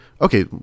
Okay